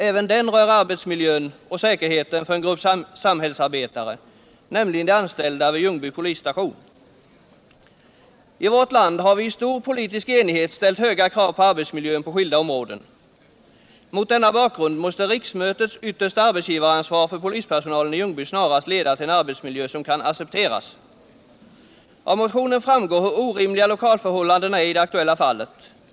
Frågan nu rör även den arbetsmiljön och säkerheten för en grupp samhällsarbetare, nämligen de anställda vid Ljungby polisstation. I vårt land har vi i stor politisk enighet ställt höga krav på arbetsmiljön på skilda områden. Mot denna bakgrund måste riksmötets yttersta arbetsgivaransvar för polispersonalen i Ljungby snarast leda till en arbetsmiljö som kan accepteras. Av motionen framgår hur orimliga lokalförhållandena är i det aktuella fallet.